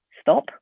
stop